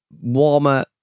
warmer